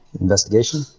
investigation